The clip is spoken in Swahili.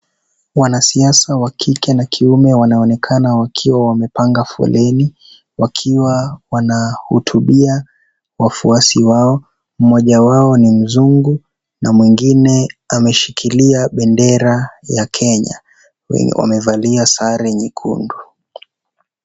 Wanasaiasa wa kike na kiume wanaonekana wakiwa wamepanga foleni wakiwa wanahutubia wafuasi wao. Mmoja wao ni mzungu na mwingine ameshikilia bendera ya Kenya . Wengi wamevalia sare nyekundu.